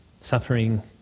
Suffering